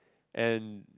and